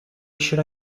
should